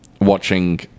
watching